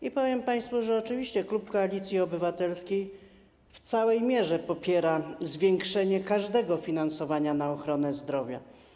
I powiem państwu, że oczywiście klub Koalicji Obywatelskiej w całej mierze popiera zwiększenie każdego finansowania na ochronę zdrowia.